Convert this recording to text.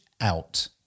out